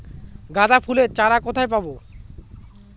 গাঁদা ফুলের চারা কোথায় পাবো?